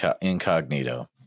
incognito